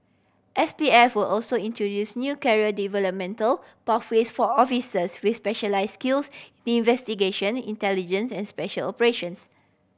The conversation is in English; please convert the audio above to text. S P F will also introduce new career developmental pathways for officers with specialise skills investigation intelligence and special operations